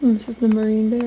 this is the marine